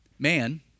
Man